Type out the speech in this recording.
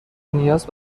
نیاز